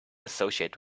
associate